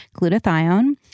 glutathione